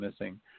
missing